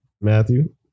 Matthew